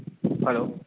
hello